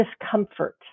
discomfort